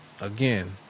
again